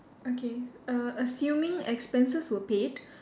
okay err assuming expenses were paid